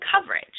coverage